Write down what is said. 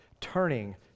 turning